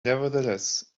nevertheless